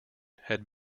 had